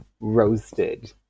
Roasted